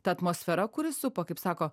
ta atmosfera kuri supa kaip sako